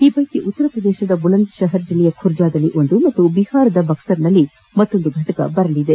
ಈ ವೈಕಿ ಉತ್ತರ ಪ್ರದೇಶದ ಬುಲಂದ್ಶಹರ್ ಜಿಲ್ಲೆಯ ಖುರ್ಜಾದಲ್ಲಿ ಒಂದು ಹಾಗೂ ಬಿಹಾರದ ಬಕ್ಸರ್ನಲ್ಲಿ ಮತ್ತೊಂದು ಘಟಕ ಬರಲಿದೆ